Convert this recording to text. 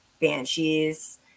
Banshees